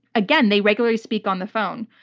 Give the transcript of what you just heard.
again, they regularly speak on the phone,